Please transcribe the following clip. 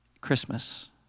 Christmas